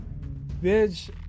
bitch